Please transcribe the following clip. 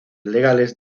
legales